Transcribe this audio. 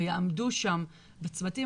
ויעמדו שם בצמתים,